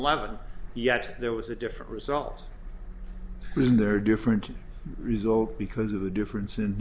eleven yet there was a different result and there are different result because of the difference in